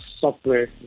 software